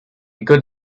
good